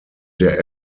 der